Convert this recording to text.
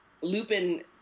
Lupin